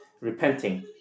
repenting